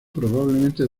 probablemente